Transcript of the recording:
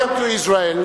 Welcome to Israel,